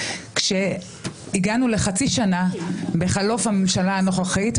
כשהגענו לחצי שנה בחלוף הממשלה הנוכחית,